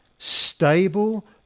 stable